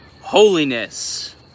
holiness